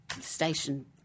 station